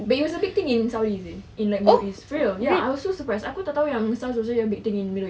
but it was a big thing in saudi seh in like middle east for real ya I was so surprised aku tak tahu yang SARS is a big thing in middle east